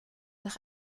nach